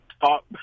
talk